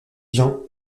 vian